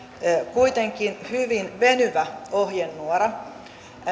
kuitenkin hyvin venyvä ohjenuora